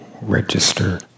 register